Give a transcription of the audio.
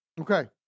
Okay